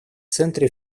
центре